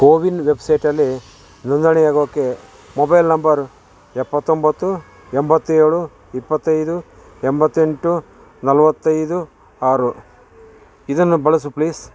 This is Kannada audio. ಕೋವಿನ್ ವೆಬ್ಸೈಟಲ್ಲಿ ನೋಂದಣಿಯಾಗೋಕ್ಕೆ ಮೊಬೈಲ್ ನಂಬರ್ ಎಪ್ಪತ್ತೊಂಬತ್ತು ಎಂಬತ್ತೇಳು ಇಪ್ಪತ್ತೈದು ಎಂಬತ್ತೆಂಟು ನಲವತ್ತೈದು ಆರು ಇದನ್ನು ಬಳಸು ಪ್ಲೀಸ್